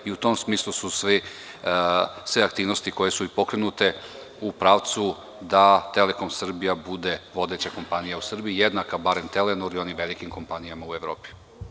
U tom smislu su sve aktivnosti koje su i pokrenute u pravcu da „Telekom Srbija“ bude vodeća kompanija u Srbiji, jednaka bar „Telenoru“ i onim velikim kompanijama u Evropi.